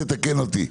תתקן אותי.